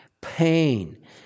pain